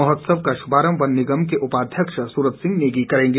महोत्सव का शुभारंभ वन निगम के उपाध्यक्ष सूरत सिंह नेगी करेंगे